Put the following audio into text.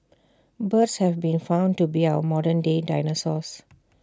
birds have been found to be our modern day dinosaurs